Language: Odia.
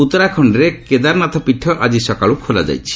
ଉତ୍ତରାଖଣ୍ଡର କେଦାରନାଥ ପୀଠ ଆଜି ସକାଳୁ ଖୋଲାଯାଇଛି